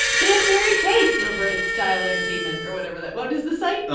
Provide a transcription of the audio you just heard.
they have varied tastes over at style entertainment or whatever that what is the site?